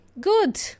Good